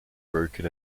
broken